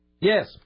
Yes